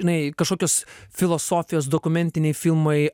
žinai kažkokios filosofijos dokumentiniai filmai